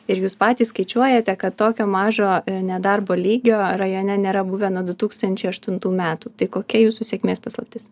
ir jūs patys skaičiuojate kad tokio mažo nedarbo lygio rajone nėra buvę nuo du tūkstančiai aštuntų metų tai kokia jūsų sėkmės paslaptis